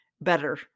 better